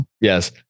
Yes